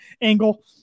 angle